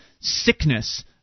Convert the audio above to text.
sickness